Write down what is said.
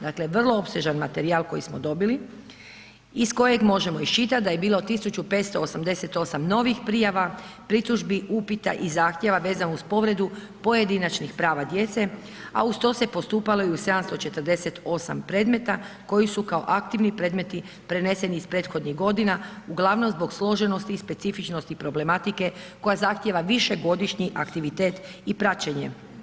Dakle, vrlo opsežan materijal koji smo dobili, iz kojeg možemo isčitat da je bilo 1588 novih prijava, pritužbi, upita i zahtjeva vezano uz povredu pojedinačnih prava djece, a uz to se postupalo i u 748 predmeta koji su kao aktivni predmeti preneseni iz prethodnih godina, uglavnom zbog složenosti i specifičnosti problematike koja zahtjeva višegodišnji aktivitet i praćenje.